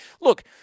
Look